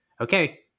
okay